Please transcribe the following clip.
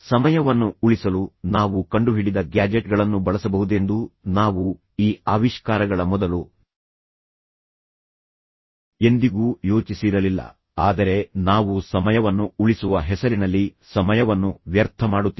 ಸಮಯವನ್ನು ಉಳಿಸಲು ನಾವು ಕಂಡುಹಿಡಿದ ಗ್ಯಾಜೆಟ್ಗಳನ್ನು ಬಳಸಬಹುದೆಂದು ನಾವು ಈ ಆವಿಷ್ಕಾರಗಳ ಮೊದಲು ಎಂದಿಗೂ ಯೋಚಿಸಿರಲಿಲ್ಲ ಆದರೆ ನಾವು ಸಮಯವನ್ನು ಉಳಿಸುವ ಹೆಸರಿನಲ್ಲಿ ಸಮಯವನ್ನು ವ್ಯರ್ಥ ಮಾಡುತ್ತಿದ್ದೇವೆ